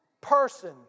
person